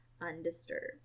undisturbed